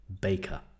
baker